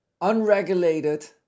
unregulated